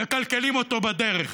מקלקלים אותו בדרך